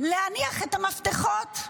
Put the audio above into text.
להניח את המפתחות.